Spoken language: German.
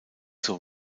zur